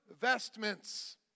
vestments